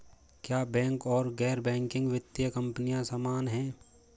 क्या बैंक और गैर बैंकिंग वित्तीय कंपनियां समान हैं?